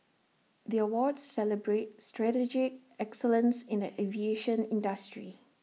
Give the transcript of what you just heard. the awards celebrate strategic excellence in the aviation industry